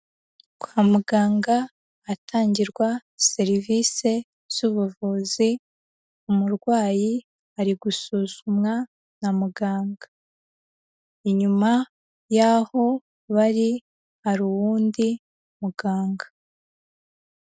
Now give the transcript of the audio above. Kwa muganga hatangirwa serivisi z'ubuvuzi, umurwayi ari gusuzumwa na muganga, inyuma y'aho bari hari uwundi muganga.